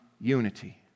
unity